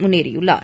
முன்னேறியுள்ளார்